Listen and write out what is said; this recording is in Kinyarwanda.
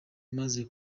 maze